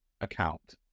account